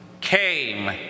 came